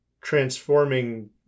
transforming